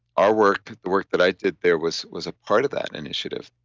our work, the work that i did there was was a part of that initiative.